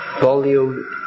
volume